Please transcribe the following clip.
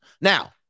Now